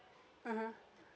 mmhmm